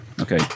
Okay